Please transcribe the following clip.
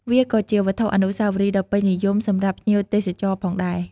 វាក៏ជាវត្ថុអនុស្សាវរីយ៍ដ៏ពេញនិយមសម្រាប់ភ្ញៀវទេសចរផងដែរ។